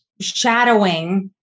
shadowing